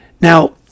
now